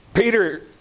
Peter